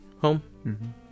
home